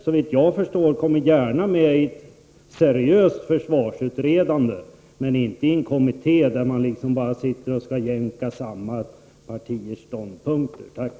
Såvitt jag förstår kommer vi gärna med i ett seriöst försvarsutredande, men inte i en kommitté där man bara sitter och skall jämka samman partiers ståndpunkter.